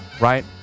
right